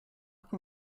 can